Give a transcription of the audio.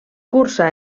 cursa